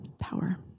power